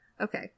Okay